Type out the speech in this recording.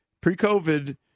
Pre-COVID